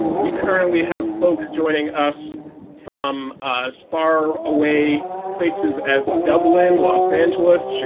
we currently have folks joining us from as far away places as dublin, los angeles,